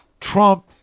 trump